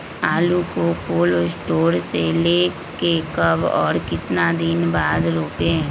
आलु को cold store से ले के कब और कितना दिन बाद रोपे?